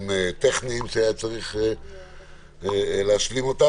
היו פה גם דברים טכניים שהיה צריך להשלים אותם.